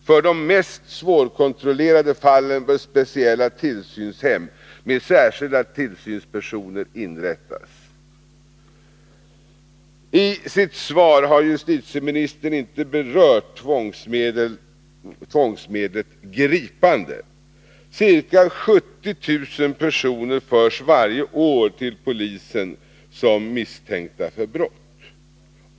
För de mest svårkontrollerade fallen bör övervägas att inrätta speciella tillsynshem med särskilda tillsynspersoner. I sitt svar har justitieministern inte berört tvångsmedlet gripande. Ca 70 000 personer förs varje år till polisen som misstänkta för brott.